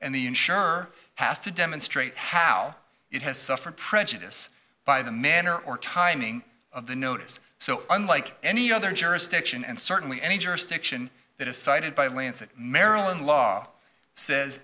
and the insurer has to demonstrate how it has suffered prejudice by the manner or timing of the notice so unlike any other jurisdiction and certainly any jurisdiction that is cited by the lancet maryland law says